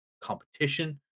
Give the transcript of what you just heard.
competition